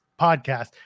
podcast